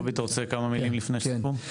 קובי אתה רוצה כמה מילים לפני סיכום?